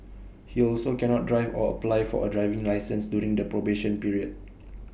he also cannot drive or apply for A driving licence during the probation period